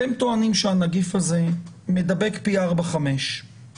אתם טוענים שהנגיף הזה מדבק פי 5-4 ולכן